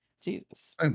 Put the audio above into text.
Jesus